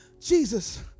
Jesus